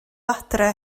adre